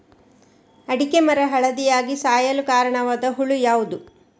ಅಡಿಕೆ ಮರ ಹಳದಿಯಾಗಿ ಸಾಯಲು ಕಾರಣವಾದ ಹುಳು ಯಾವುದು?